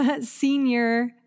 senior